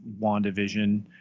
wandavision